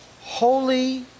Holy